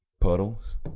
puddles